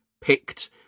picked